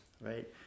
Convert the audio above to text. right